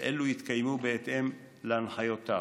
ואלו יתקיימו בהתאם להנחיותיו.